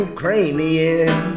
Ukrainian